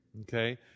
Okay